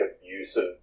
abusive